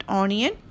onion